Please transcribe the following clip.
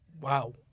Wow